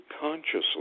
consciously